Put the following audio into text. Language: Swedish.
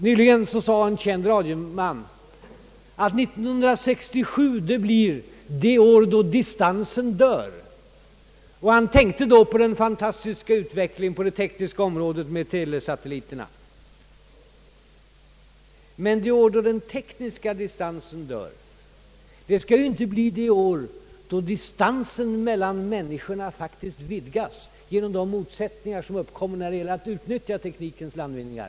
Nyligen sade en känd radioman, att 1967 blir det år »då distansen dör»; han tänkte på den fantastiska utvecklingen av telesatelliterna. Men det år då den tekniska distansen dör skall ju inte bli det år, då distansen mellan människorna faktiskt vidgas på grund av de motsättningar som uppkommer när det gäller att utnyttja teknikens landvinningar.